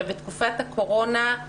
בתקופה הקורונה,